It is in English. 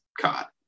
caught